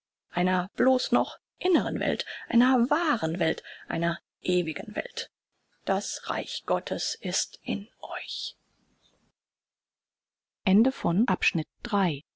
einer bloß noch inneren welt einer wahren welt einer ewigen welt das reich gottes ist in euch